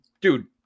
dude